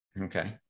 okay